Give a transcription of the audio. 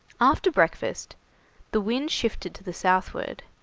after breakfast the wind shifted to the southward,